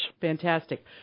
fantastic